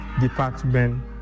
department